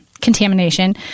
contamination